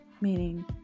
meaning